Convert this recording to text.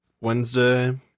Wednesday